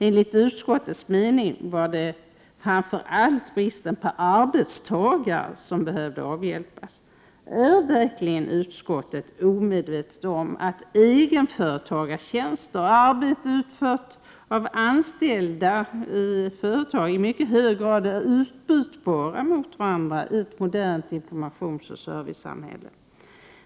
Enligt utskottets mening var det i första hand bristen på arbetstagare som behövde avhjälpas.” Är verkligen utskottet omedvetet om att egenföretagartjänster och arbete utfört av anställda i företag i mycket hög grad är utbytbara i ett modernt informationsoch servicesamhälle?